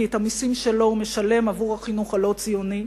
כי את המסים שלו הוא משלם עבור החינוך הלא-ציוני,